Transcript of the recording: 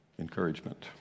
encouragement